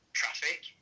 traffic